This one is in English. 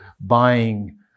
buying